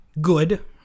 good